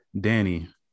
Danny